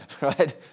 right